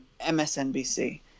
MSNBC